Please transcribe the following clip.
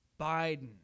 Biden